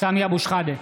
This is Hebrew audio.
סמי אבו שחאדה,